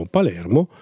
Palermo